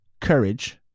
courage